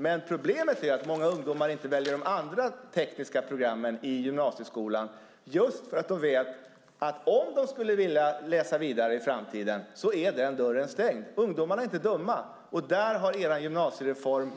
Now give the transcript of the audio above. Men problemet är att många ungdomar inte väljer de andra tekniska programmen i gymnasieskolan just för att de vet att dörren är stängd om de skulle vilja läsa vidare i framtiden. Ungdomarna är inte dumma. Där har er gymnasiereform